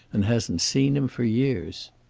and hasn't seen him for years.